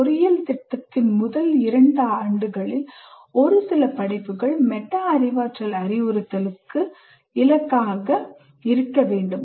பொறியியல் திட்டத்தின் முதல் இரண்டு ஆண்டுகளில் ஒரு சில படிப்புகள் மெட்டா அறிவாற்றல் அறிவுறுத்தலுக்கு இலக்காக இருக்க வேண்டும்